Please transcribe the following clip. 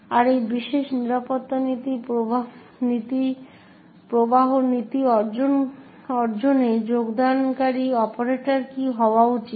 আরও এই বিশেষ নিরাপত্তা প্রবাহ নীতি অর্জনে যোগদানকারী অপারেটর কী হওয়া উচিত